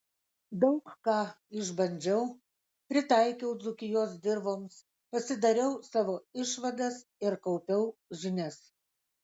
daug ką išbandžiau pritaikiau dzūkijos dirvoms pasidariau savo išvadas ir kaupiau žinias